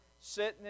sitting